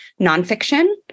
nonfiction